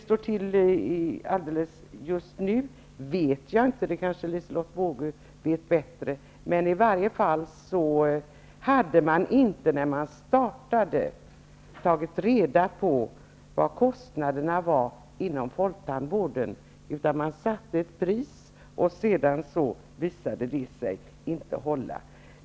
Hur läget är just nu vet jag inte -- det kanske Liselotte Wågö känner bättre till -- men i varje fall hade man inte när man startade tagit reda på vilka kostnader man hade inom folktandvården, utan man satte ett pris som sedan visade sig inte hålla.